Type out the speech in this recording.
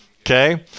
okay